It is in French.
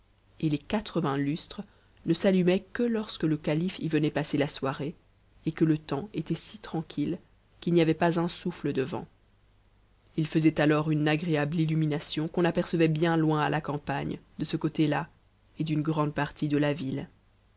et les quatre-vingts lustres ne s'allumaient que lorsque te calife y venait passer la soirée et que le temps était si tranquille qu'il n'y ma't pas un soufse de vent ils faisaient alors une agréable illumination ou on apercevait bien loin à la campagne de ce côté la et d'une grande tie de la ville